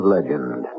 Legend